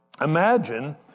imagine